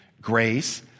grace